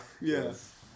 yes